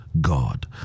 God